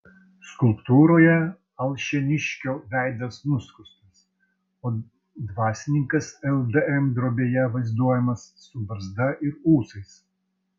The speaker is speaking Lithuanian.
skulptūroje alšėniškio veidas nuskustas o dvasininkas ldm drobėje vaizduojamas su barzda ir ūsais